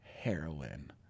heroin